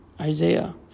Isaiah